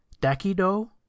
dakido